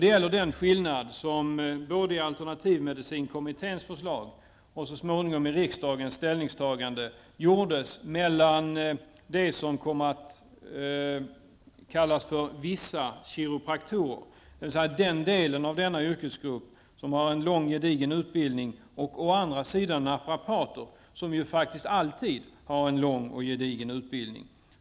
Det gäller den åtskillnad som görs både i alternativmedicinkommitténs förslag och så småningom i riksdagens ställningstagande mellan å ena sidan det som kom att kallas för vissa kiropraktorer -- dvs. de inom denna yrkesgrupp som har en lång gedigen utbildning -- och å andra sidan naprapater, som faktiskt alltid har en lång och gedigen utbildning.